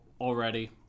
already